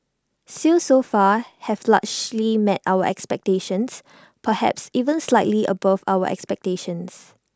sales so far have largely met our expectations perhaps even slightly above our expectations